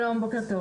שלום ובוקר טוב.